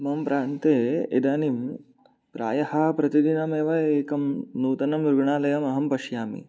मम प्रान्ते इदानीं प्रायः प्रतिदिनमेव एकं नूतनं रुग्णालयमहं पश्यामि